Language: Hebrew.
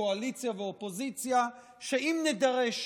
קואליציה ואופוזיציה, שאם נידרש